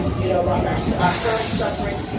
you know, around our so our current suffering.